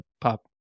pop